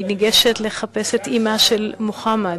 היא ניגשת לחפש את אימא של מוחמד,